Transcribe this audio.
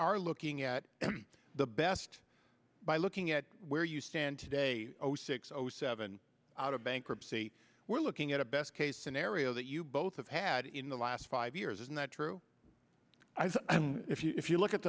are looking at the best by looking at where you stand today six o seven out of bankruptcy we're looking at a best case scenario that you both of had in the last five years isn't that true if you if you look at